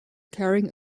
carrying